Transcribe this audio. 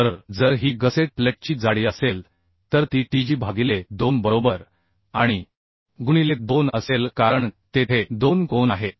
तर जर ही गसेट प्लेटची जाडी असेल तर ती tg भागिले 2 बरोबर आणि गुणिले 2 असेल कारण तेथे 2 कोन आहेत